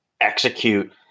execute